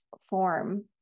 form